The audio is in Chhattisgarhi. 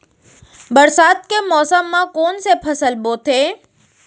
बरसात के मौसम मा कोन से फसल बोथे?